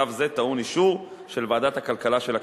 צו זה טעון אישור של ועדת הכלכלה של הכנסת.